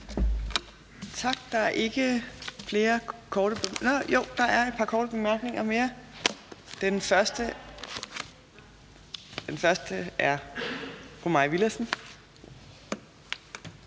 Tak. Der er ikke flere korte bemærkninger ... Jo, der er et par korte bemærkninger mere, og den første er fra fru Mai Villadsen.